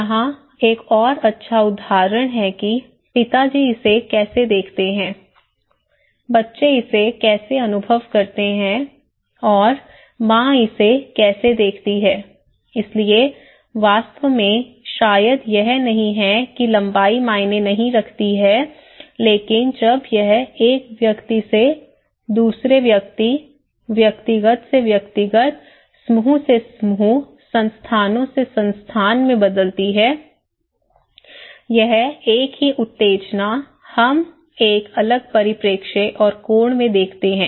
यहां एक और अच्छा उदाहरण है कि पिताजी इसे कैसे देखते हैं बच्चे इसे कैसे अनुभव करते हैं और माँ इसे कैसे देखती है इसलिए वास्तव में शायद यह नहीं है कि लंबाई मायने नहीं रखती है लेकिन जब यह एक व्यक्ति से दूसरे व्यक्ति व्यक्तिगत से व्यक्तिगत समूह से समूह संस्थानों से संस्थान में बदलती है यह एक ही उत्तेजना हम एक अलग परिप्रेक्ष्य और कोण में देखते हैं